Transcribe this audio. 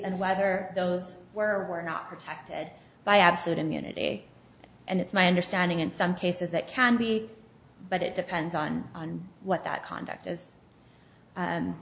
and whether those were not protected by absolute immunity and it's my understanding in some cases that can be but it depends on on what that conduct as